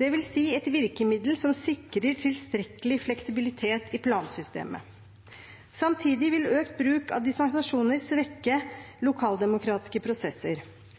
dvs. et virkemiddel som sikrer tilstrekkelig fleksibilitet i plansystemet. Samtidig vil økt bruk av dispensasjoner svekke lokaldemokratiske prosesser.